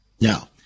Now